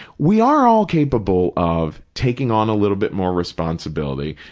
we are all capable of taking on a little bit more responsibility,